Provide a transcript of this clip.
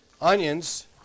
onions